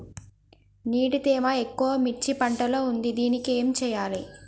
నీటి తేమ ఎక్కువ మిర్చి పంట లో ఉంది దీనికి ఏం చేయాలి?